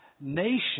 nation